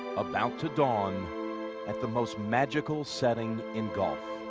about to dawn at the most magical setting in golf.